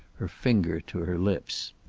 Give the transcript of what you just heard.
her finger to her lips.